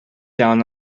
down